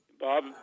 bob